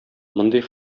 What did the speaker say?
мондый